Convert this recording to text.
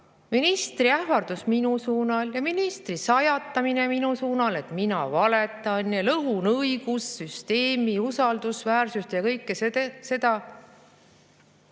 ministri ähvardus minu suunal ja ministri sajatamine minu suunal, et mina valetan ja lõhun õigussüsteemi usaldusväärsust ja kõike seda,